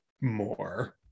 more